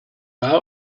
out